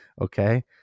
Okay